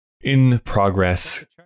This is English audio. in-progress